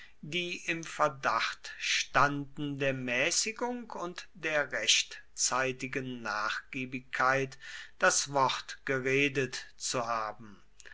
die im verdacht standen der mäßigung und der rechtzeitigen nachgiebigkeit das wort geredet zu haben